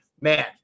Man